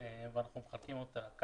וכך אנחנו מחלקים אותה.